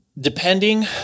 Depending